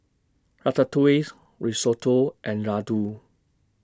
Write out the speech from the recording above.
Ratatouilles Risotto and Ladoo